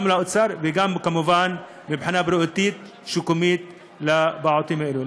גם לאוצר וגם כמובן מבחינה בריאותית-שיקומית לפעוטות הללו.